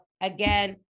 again